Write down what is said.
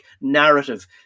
narrative